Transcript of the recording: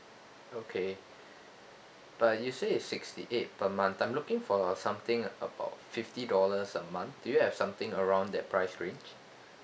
okay but you said it's sixty eight per month I'm looking for something about fifty dollars a month do you have something around that price range